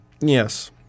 Yes